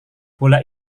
bola